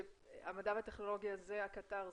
שהמדע והטכנולוגיה זה הקטר,